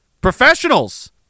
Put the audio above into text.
Professionals